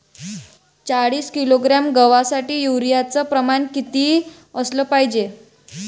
चाळीस किलोग्रॅम गवासाठी यूरिया च प्रमान किती असलं पायजे?